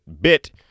bit